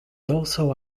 also